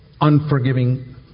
unforgiving